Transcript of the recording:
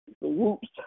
whoops